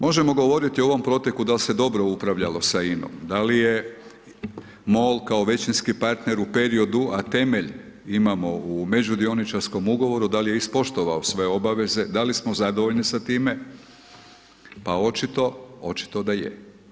Možemo govoriti o ovom proteku dal se dobro upravljalo sa INOM, da li je Mol kao većinski partner u periodu, a temelj imamo u međudioničarskom ugovoru, da li je ispoštovao sve obaveze, da li smo zadovoljni sa time, pa očito da je.